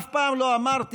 אף פעם לא אמרתי: